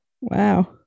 Wow